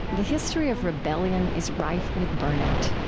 and the history of rebellion is rife with burnout.